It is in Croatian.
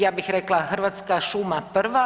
Ja bih rekla hrvatska šuma prva.